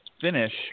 finish